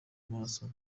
maso